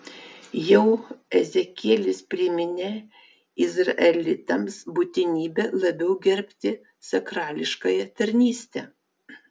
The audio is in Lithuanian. jau ezekielis priminė izraelitams būtinybę labiau gerbti sakrališkąją tarnystę